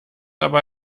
aber